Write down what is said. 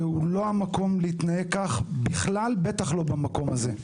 זהו לא המקום להתנהג כך בכלל, בטח לא במקום הזה.